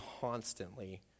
constantly